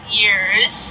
years